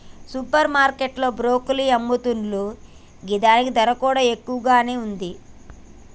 super market లో broccoli అమ్ముతున్లు గిదాని ధర కూడా ఎక్కువగానే ఉంది